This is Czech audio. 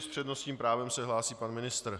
S přednostním právem se hlásí pan ministr.